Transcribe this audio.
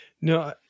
No